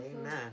Amen